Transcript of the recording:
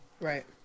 Right